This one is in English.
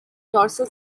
dorsal